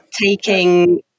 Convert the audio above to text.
taking